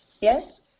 yes